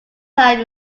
time